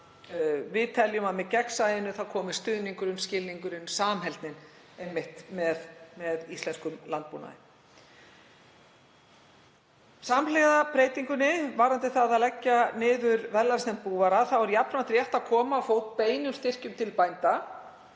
Við teljum að með gegnsæinu komi stuðningurinn, skilningurinn, samheldnin einmitt með íslenskum landbúnaði. Samhliða breytingunni varðandi það að leggja niður verðlagsnefnd búvara er jafnframt rétt að koma á fót beinum styrkjum til bænda,